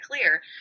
clear